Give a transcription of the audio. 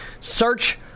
Search